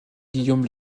guillaume